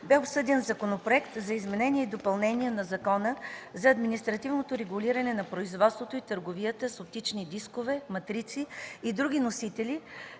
бе обсъден Законопроект за изменение и допълнение на Закона за административното регулиране на производството и търговията с оптични дискове, матрици и други носители,